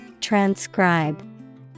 Transcribe